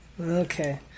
Okay